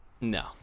No